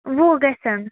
وُہ گَژھن